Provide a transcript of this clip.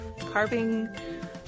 carving